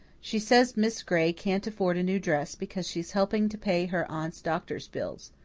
she says miss gray can't afford a new dress because she's helping to pay her aunt's doctor's bills.